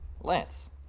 Lance